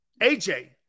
AJ